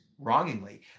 wrongingly